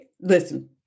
listen